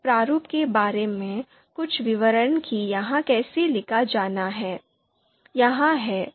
इस प्रारूप के बारे में कुछ विवरण कि यह कैसे लिखा जाना है यहाँ हैं